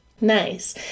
Nice